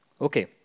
okay